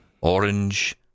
orange